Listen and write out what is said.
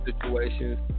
situations